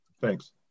Thanks